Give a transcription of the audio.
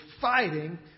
fighting